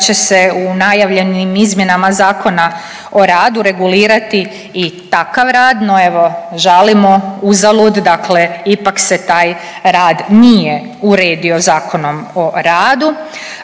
da će se u najavljenim izmjenama Zakona o radu regulirati i takav rad, no evo, žalimo uzalud, dakle ipak se taj rad nije uredio ZOR-om.